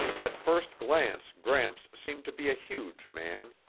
at first glance gramps seemed to be a huge man,